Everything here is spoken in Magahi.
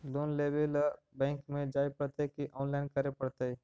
लोन लेवे ल बैंक में जाय पड़तै कि औनलाइन करे पड़तै?